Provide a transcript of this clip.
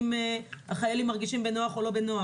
אם החיילים מרגישים בנוח או לא בנוח,